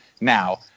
Now